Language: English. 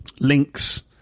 links